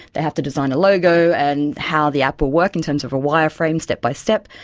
they have to design a logo and how the app will work in terms of a wireframe, step-by-step.